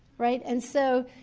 right? and so,